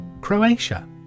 Croatia